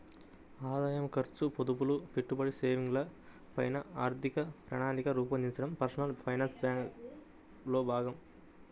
ఆదాయం, ఖర్చు, పొదుపులు, పెట్టుబడి, సేవింగ్స్ ల పైన ఆర్థిక ప్రణాళికను రూపొందించడం పర్సనల్ ఫైనాన్స్ లో భాగం